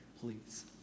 please